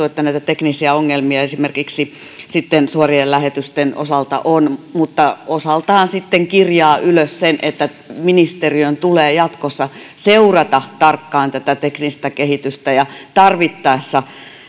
että näitä teknisiä ongelmia esimerkiksi suorien lähetysten osalta on mutta osaltaan sitten kirjaa ylös sen että ministeriön tulee jatkossa seurata tarkkaan tätä teknistä kehitystä ja tarvittaessa